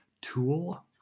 tool